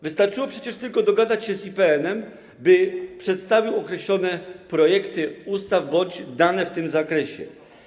Wystarczyłoby przecież tylko dogadać się z IPN-em, żeby przedstawił określone projekty ustaw bądź dane w tym zakresie.